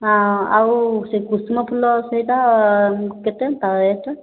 ହଁ ଆଉ ସେ କୃଷ୍ଣ ଫୁଲ ସେଇଟା କେତେ ତା ରେଟ୍ଟା